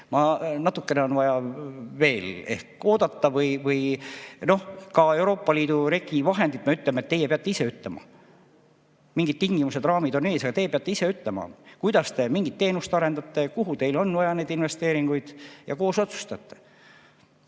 Natukene on vaja veel ehk oodata. Või ka Euroopa Liidu regivahendid, me ütleme, et teie peate ise ütlema. Mingid tingimused, raamid on ees, aga teie peate ise ütlema, kuidas te mingit teenust arendate, kuhu teil on vaja neid investeeringuid, ja koos otsustate.